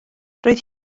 roedd